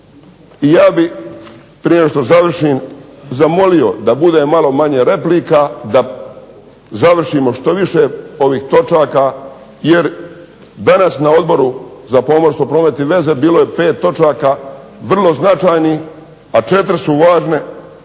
I ja bih prije nego što završim zamolio da bude malo manje replika, da završimo što više ovih točaka jer danas na Odboru za pomorstvo, promet i veze bilo je pet točaka, vrlo značajnih, a četiri su važne